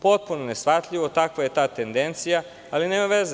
Potpuno neshvatljivo, takva je ta tendencija, ali nema veze.